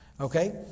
Okay